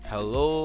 Hello